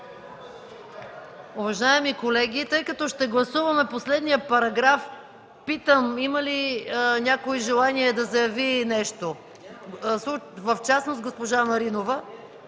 Уважаеми колеги, тъй като ще гласуваме последния параграф, питам: има ли някой желание да заяви нещо, в частност госпожа Маринова?